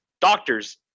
doctors